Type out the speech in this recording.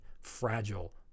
fragile